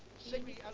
see me?